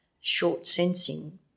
short-sensing